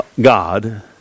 God